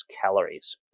calories